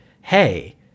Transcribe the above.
hey